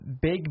big